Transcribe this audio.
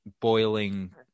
boiling